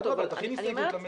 אדרבה, תכין הסתייגות למליאה.